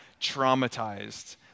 traumatized